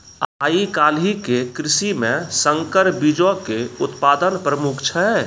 आइ काल्हि के कृषि मे संकर बीजो के उत्पादन प्रमुख छै